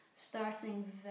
starting